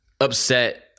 upset